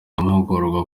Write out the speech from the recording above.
amahugurwa